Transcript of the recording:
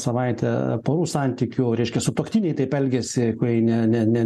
savaitę porų santykių reiškia sutuoktiniai taip elgiasi kurie ne ne ne